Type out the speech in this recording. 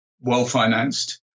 well-financed